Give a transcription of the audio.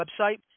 website